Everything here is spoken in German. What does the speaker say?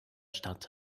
stadt